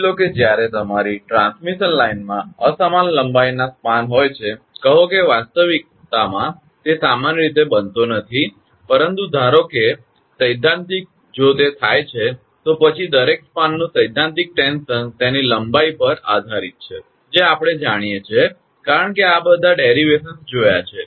માની લો કે જ્યારે તમારી ટ્રાન્સમિશન લાઇનમાં અસમાન લંબાઈના સ્પાન હોય છે કહો કે વાસ્તવિકતામાં તે સામાન્ય રીતે બનતો નથી પરંતુ ધારો કે સૈદ્ધાંતિક જો તે થાય છે તો પછી દરેક સ્પાનનો સૈદ્ધાંતિક ટેન્શન તેની પોતાની લંબાઈ પર આધારીત છે જે આપણે જાણીએ છીએ કારણ કે આપણે આ બધા વ્યુત્પન્ન જોયા છે